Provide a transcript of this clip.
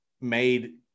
made